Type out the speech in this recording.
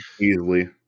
easily